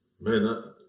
Man